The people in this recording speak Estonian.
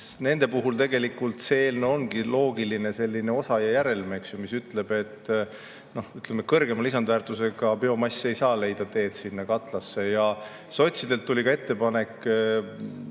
nende puhul tegelikult see eelnõu ongi loogiline osa ja järelm, mis ütleb, et kõrgema lisandväärtusega biomass ei saa leida teed sinna katlasse. Sotsidelt tuli ka ettepanek